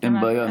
אין בעיה,